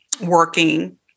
working